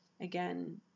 again